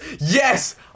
Yes